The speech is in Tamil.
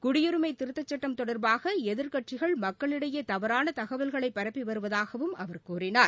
குடியுரிமை திருத்தச்சுட்டம் தொடர்பாக எதிர்க்கட்சிகள் மக்களிடையே தவறான தகவல்களை பரப்பி வருவதாகவும் அவர் கூறினார்